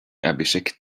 abhishek